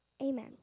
Amen